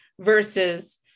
versus